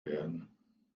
werden